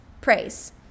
Praise